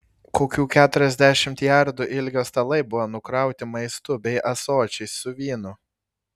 kokių keturiasdešimt jardų ilgio stalai buvo nukrauti maistu bei ąsočiais su vynu